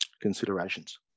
Considerations